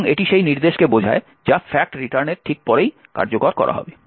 এবং এটি সেই নির্দেশনাকে বোঝায় যা ফ্যাক্ট রিটার্নের ঠিক পরেই কার্যকর করা হবে